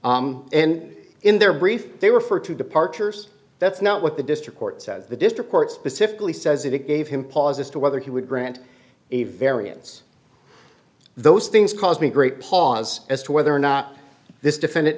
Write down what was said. pause and in their brief they refer to departures that's not what the district court says the district court specifically says if it gave him pause as to whether he would grant a variance those things cause me great pause as to whether or not this defendant